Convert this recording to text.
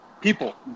people